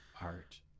art